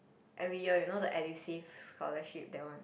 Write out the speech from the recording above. every year you know the Edusave scholarship that one